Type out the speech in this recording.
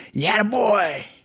yeah, boy!